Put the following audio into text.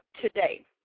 today